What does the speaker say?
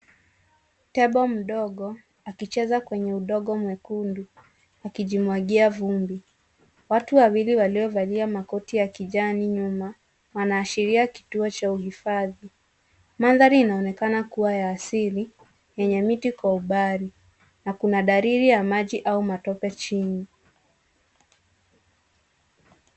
Tembo mdogo akicheza kwenye udongo mwekundu akijimwagia vumbi, watu wawili waliovalia makoti ya kijani nyuma wanaashiria kituo cha uhifadhi ,mandhari inaonekana kuwa ya asili yenye miti kwa umbali na kuna dalili ya maji au matope chini.